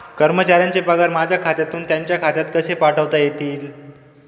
कर्मचाऱ्यांचे पगार माझ्या खात्यातून त्यांच्या खात्यात कसे पाठवता येतील?